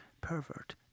pervert